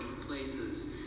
places